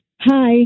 Hi